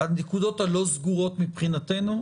הנקודות הלא-סגורות מבחינתנו.